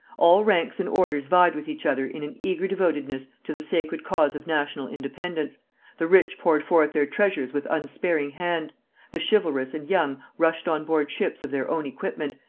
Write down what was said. all ranks and orders vied with each other in an eager devotedness to the sacred cause of national independence the rich poured forth their treasures with unsparing hand the chivalrous and young rushed on-board ships of their own equipment,